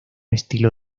estilo